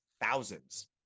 thousands